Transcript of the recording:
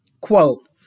Quote